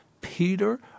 Peter